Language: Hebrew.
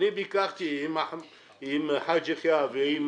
אני ביקרתי עם חבר הכנסת חאג' יחיא ועם